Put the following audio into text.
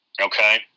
Okay